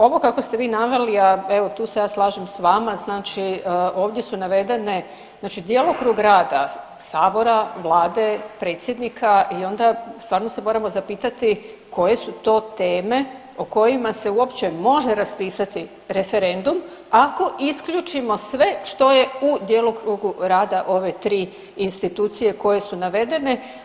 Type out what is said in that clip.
Ovo kako ste vi naveli, a evo tu se ja slažem s vama znači ovdje su navedene, znači djelokrug rada sabora, vlade, predsjednika i onda stvarno se moramo zapitati koje su to teme o kojima se uopće može raspisati referendum, ako isključimo sve što je u djelokrugu rada ove tri institucije koje su navedene.